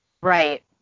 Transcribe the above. Right